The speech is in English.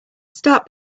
start